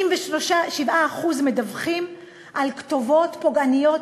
77% מדווחים על כתובות פוגעניות,